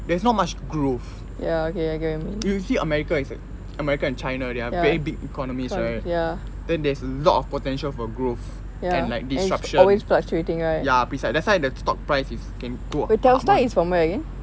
there's not much growth you see america is america and china they're very big economies right then there's lot of potential for growth and like disruption ya precisely that's why the stock prices is can go mm